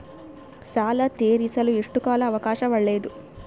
ಸಾಲ ತೇರಿಸಲು ಎಷ್ಟು ಕಾಲ ಅವಕಾಶ ಒಳ್ಳೆಯದು?